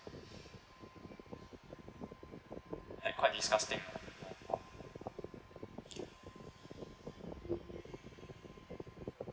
like quite disgusting lah ya